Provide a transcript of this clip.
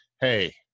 Hey